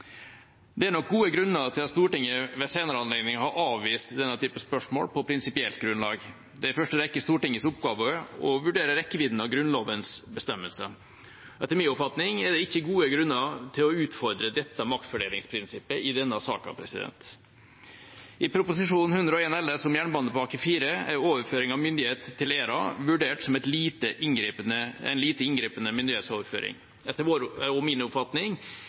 Det er nok gode grunner til at Stortinget ved senere anledninger har avvist denne typen spørsmål på prinsipielt grunnlag. Det er i første rekke Stortingets oppgave å vurdere rekkevidden av Grunnlovens bestemmelser. Etter min oppfatning er det ikke gode grunner til å utfordre dette maktfordelingsprinsippet i denne saken. I Prop. 101 LS for 2019–2020, om jernbanepakke IV, er overføring av myndighet til ERA vurdert som en lite inngripende myndighetsoverføring. Etter vår og min oppfatning